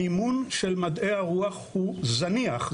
המימון של מדעי הרוח הוא זניח.